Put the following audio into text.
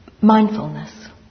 mindfulness